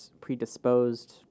predisposed